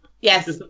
yes